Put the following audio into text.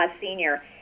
senior